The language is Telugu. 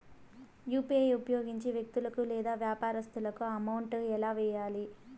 యు.పి.ఐ ఉపయోగించి వ్యక్తులకు లేదా వ్యాపారస్తులకు అమౌంట్ ఎలా వెయ్యాలి